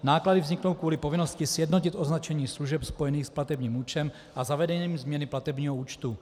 Náklady vzniknou kvůli povinnosti sjednotit označení služeb spojených s platebním účtem a zavedením změny platebního účtu.